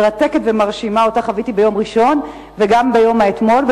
מרתקת ומרשימה שחוויתי ביום ראשון וגם ביום האתמול,